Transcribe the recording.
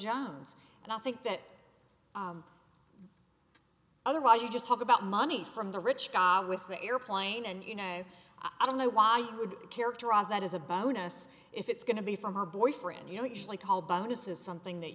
jones and i think that otherwise you just talk about money from the rich guy with the airplane and you know i don't know why you would characterize that as a bonus if it's going to be from her boyfriend you know usually called bonuses something that